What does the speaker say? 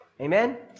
Amen